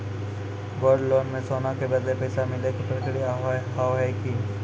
Gold loan मे सोना के बदले पैसा मिले के प्रक्रिया हाव है की?